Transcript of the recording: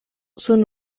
son